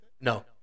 No